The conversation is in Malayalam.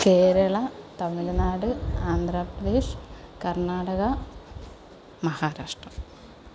കേരള തമിഴ്നാട് ആന്ധ്രാപ്രദേശ് കർണ്ണാടക മഹാരാഷ്ട്ര